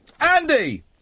Andy